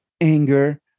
anger